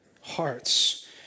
hearts